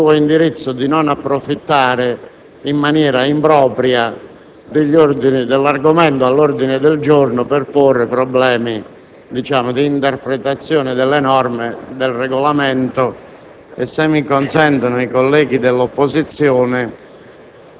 sul processo verbale, perché condivido anche il suo indirizzo di non approfittare in maniera impropria dell'argomento all'ordine del giorno per porre problemi d'interpretazione delle norme del Regolamento